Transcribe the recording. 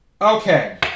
Okay